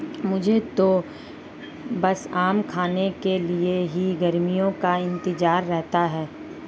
मुझे तो बस आम खाने के लिए ही गर्मियों का इंतजार रहता है